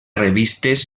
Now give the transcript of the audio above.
revistes